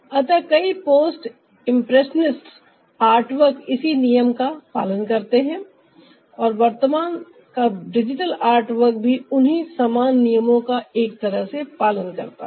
अतः कई post impressionists artwork इसी नियम का पालन करते हैं और वर्तमान समय का डिजिटल आर्ट वर्क भी उन्हीं समान नियमों का एक तरह से पालन करता है